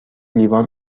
لیوان